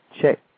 check